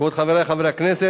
כבוד חברי חברי הכנסת,